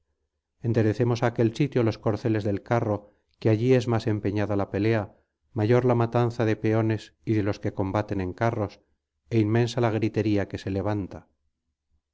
á aquel sitio los corceles del carro que allí es más empeñada la pelea mayor la matanza de peones y de los que combaten en carros é inmensa la gritería que se levanta